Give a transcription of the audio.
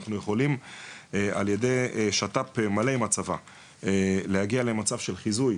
אנחנו יכולים ע"י שת"פ מלא עם הצבא להגיע למצב של חיזוי,